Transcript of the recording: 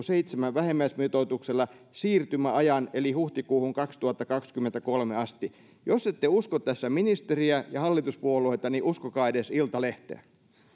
seitsemän vähimmäismitoituksella siirtymäajan eli huhtikuuhun kaksituhattakaksikymmentäkolme asti jos ette usko tässä ministeriä ja hallituspuolueita niin uskokaa edes iltalehteä